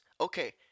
Okay